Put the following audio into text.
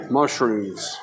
Mushrooms